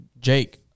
Jake